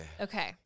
Okay